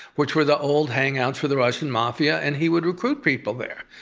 which were the old hangouts for the russian mafia, and he would recruit people there.